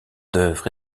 d’œuvre